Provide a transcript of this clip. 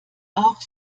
auch